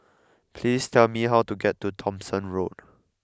please tell me how to get to Thomson Road